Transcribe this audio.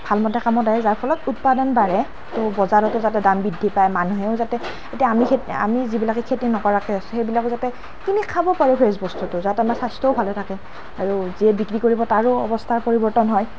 ভালমতে কামত আহে যাৰ ফলত উৎপাদন বাঢ়ে তো বজাৰতো যাতে দাম বৃদ্ধি পাই মানুহেও যাতে এতিয়া আমি আমি যিবিলাকে খেতি নকৰাকৈ আছোঁ সেইবিলাকে যাতে কিনি খাব পাৰোঁ ফ্ৰেছ বস্তুটো যাতে আমাৰ স্বাস্থ্যটোও ভালে থাকে আৰু যিজনে বিক্ৰী কৰিব তাৰো অৱস্থাৰ পৰিৱৰ্তন হয়